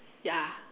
ya